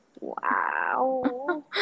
Wow